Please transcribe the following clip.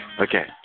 Okay